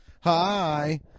hi